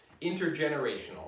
intergenerational